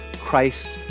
Christ